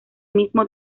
mismo